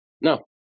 No